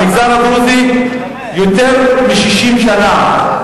המגזר הדרוזי, במשך 60 שנה,